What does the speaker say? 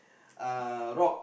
uh rock